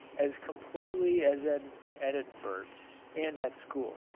as completely as at edinburgh and at school.